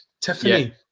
Tiffany